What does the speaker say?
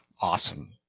awesome